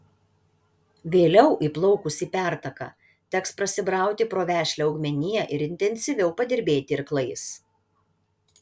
vėliau įplaukus į pertaką teks prasibrauti pro vešlią augmeniją ir intensyviau padirbėti irklais